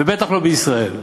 ובטח לא בישראל.